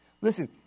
Listen